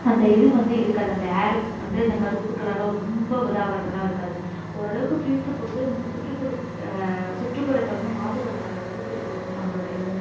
அந்த இது வந்து இருக்காது அந்த ஏர் வந்து இந்த கருப்பு கலரில் ரொம்ப இதாக ஆகிறதுலாம் இருக்காது ஓரளவுக்கு ஃபில்டரு போட்டு சுற்றுப்புறத் சுற்றுப்புறத்தை வந்து மாசுபடுத்தாத அளவுக்கு இருக்கணும் நம்மளோடய இதுவும்